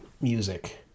music